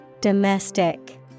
Domestic